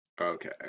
Okay